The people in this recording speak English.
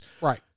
Right